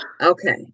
Okay